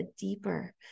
deeper